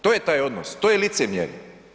To je taj odnos, to je licemjerje.